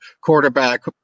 quarterback